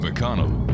McConnell